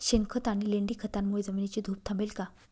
शेणखत आणि लेंडी खतांमुळे जमिनीची धूप थांबेल का?